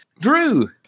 Drew